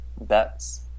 Bets